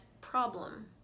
problem